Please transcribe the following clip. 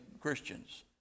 Christians